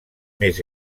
més